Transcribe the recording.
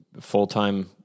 Full-time